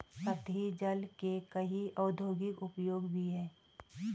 सतही जल के कई औद्योगिक उपयोग भी हैं